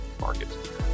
market